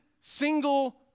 single